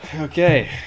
Okay